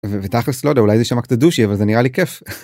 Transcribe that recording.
ותכלס לא יודע אולי זה שם קצת דושי אבל זה נראה לי כיף.